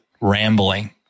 rambling